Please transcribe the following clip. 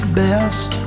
best